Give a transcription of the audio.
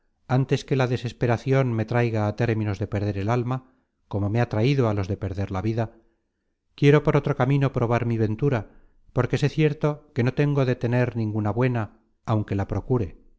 antes que la desesperacion me traiga á términos de perder el alma como me ha traido á los de perder la vida quiero por otro camino probar mi ventura porque sé cierto que no tengo de tener ninguna buena aunque la procure